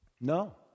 No